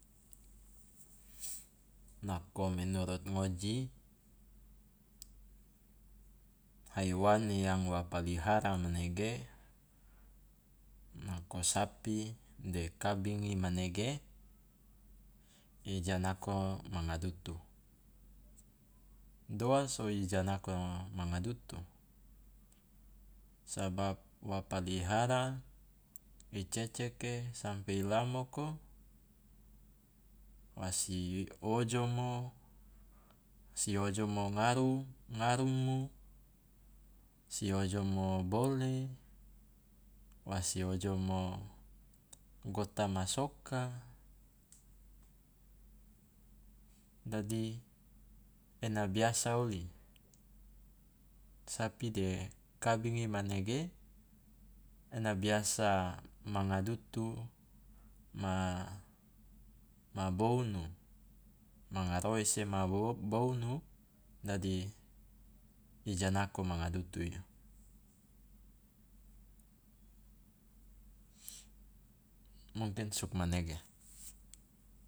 Nako menurut ngoji, haiwan yang wa palihara manege nako sapi de kabingi manege i janako manga dutu, doa so i janako manga dutu? Sabab wa palihara i ceceke sampe i lamoko wasi ojomo, si ojomo ngaru ngarumu si ojomo bole, wasi ojomo gota ma soka, dadi ena biasa oli, sapi de kabingi manege ena biasa manga dutu ma ma bounu, manga roese ma bo- bounu dadi i janako manga dutu i, mungkin sugmanege.